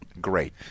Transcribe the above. great